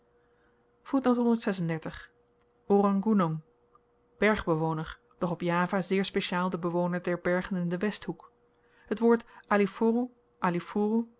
goenong bergbewoner doch op java zeer speciaal de bewoner der bergen in den westhoek t woord